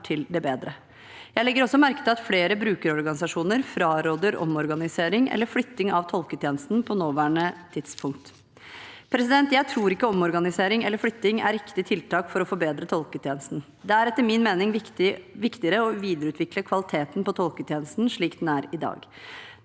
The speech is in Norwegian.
Jeg legger også merke til at flere brukerorganisasjoner fraråder omorganisering eller flytting av tolketjenesten på det nåværende tidspunkt. Jeg tror ikke omorganisering eller flytting er riktig tiltak for å forbedre tolketjenesten. Det er etter min mening viktigere å videreutvikle kvaliteten på tolketjenesten slik den er i dag.